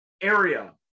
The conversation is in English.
area